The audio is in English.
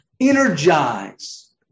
energize